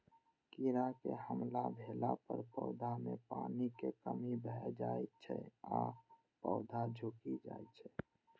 कीड़ाक हमला भेला पर पौधा मे पानिक कमी भए जाइ छै आ पौधा झुकि जाइ छै